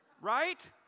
Right